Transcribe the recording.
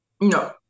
No